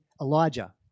Elijah